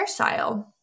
hairstyle